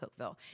Cookville